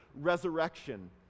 resurrection